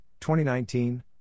2019